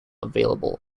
available